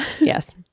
Yes